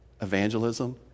Evangelism